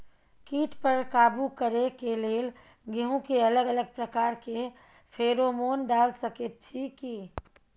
कीट पर काबू करे के लेल गेहूं के अलग अलग प्रकार के फेरोमोन डाल सकेत छी की?